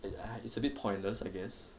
ya it's a bit pointless I guess